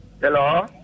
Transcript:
hello